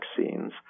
vaccines